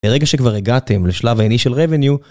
הרגע שכבר הגעתם לשלב הinital revenue